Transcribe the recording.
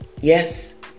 Yes